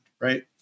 right